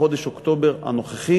בחודש אוקטובר הנוכחי,